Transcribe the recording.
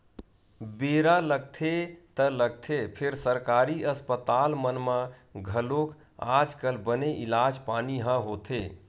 बेरा लगथे ता लगथे फेर सरकारी अस्पताल मन म घलोक आज कल बने इलाज पानी ह होथे